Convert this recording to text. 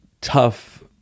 tough